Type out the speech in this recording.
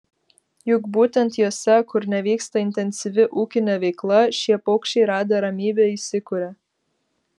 juk būtent jose kur nevyksta intensyvi ūkinė veikla šie paukščiai radę ramybę įsikuria